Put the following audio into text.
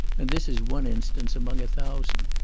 and this is one instance among a thousand,